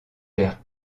père